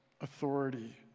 authority